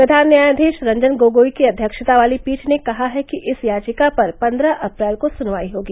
प्रधान न्यायाधीश रंजन गोगोई की अध्यक्षता वाली पीठ ने कहा है कि इस याचिका पर पन्द्रह अप्रैल को सुनवाई होगी